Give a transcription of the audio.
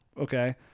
Okay